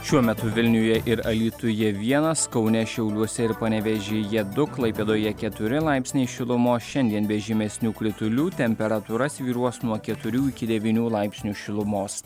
šiuo metu vilniuje ir alytuje vienas kaune šiauliuose ir panevėžyje du klaipėdoje keturi laipsniai šilumos šiandien be žymesnių kritulių temperatūra svyruos nuo keturių iki devynių laipsnių šilumos